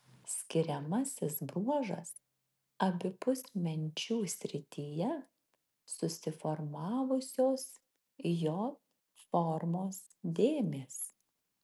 skiriamasis bruožas abipus menčių srityje susiformavusios j formos dėmės